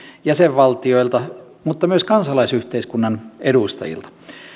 jäsenvaltioilta mutta myös kansalaisyhteiskunnan edustajilta